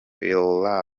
your